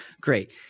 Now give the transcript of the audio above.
Great